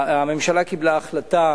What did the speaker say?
הממשלה קיבלה החלטה